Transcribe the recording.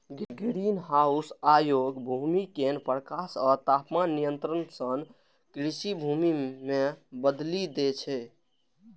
greenhouse अयोग्य भूमि कें प्रकाश आ तापमान नियंत्रण सं कृषि भूमि मे बदलि दै छै